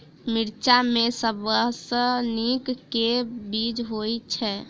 मिर्चा मे सबसँ नीक केँ बीज होइत छै?